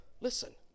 Listen